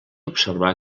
observar